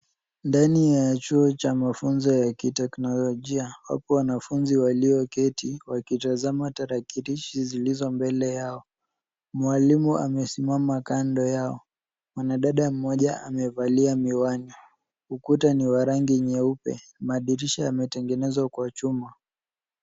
Ndani ya chuo cha mafunzo ya kiteknolojia wapo wanafunzi walioketi wakitazama tarakilishi zilizo mbele yao. Mwalimu amesimama kando yao. Mwanadada mmoja amevalia miwani. Ukuta ni wa rangi nyeupe, madirisha yametengenezwa kwa chuma.